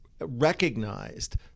recognized